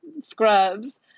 scrubs